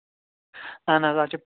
اَہَن حظ اَز چھِ